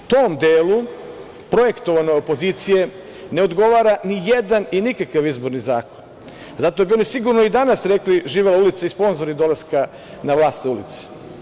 Tom delu projektovane opozicije ne odgovara ni jedan i nikakav izborni zakon, zato bi oni sigurno i danas rekli živela ulica i sponzori dolaska na vlast sa ulice.